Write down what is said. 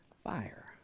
fire